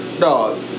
Dog